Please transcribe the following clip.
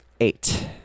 Eight